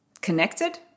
connected